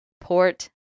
Port